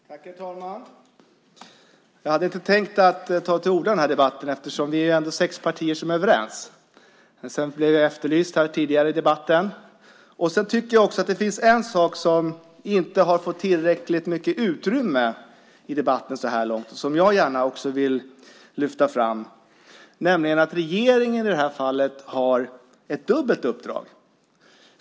Herr talman! Jag hade inte tänkt ta till orda i den här debatten eftersom vi är sex partier som är överens. Men jag blev efterlyst tidigare i debatten. Jag tycker också att det finns en sak som inte fått tillräckligt mycket utrymme i debatten så här långt och som jag gärna vill lyfta fram, nämligen att regeringen i det här fallet har ett dubbelt uppdrag.